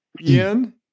Ian